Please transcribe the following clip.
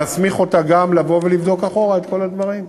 נסמיך אותה גם לבוא ולבדוק אחורה את כל הדברים.